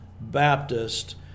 Baptist